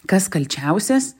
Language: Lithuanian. kas kalčiausias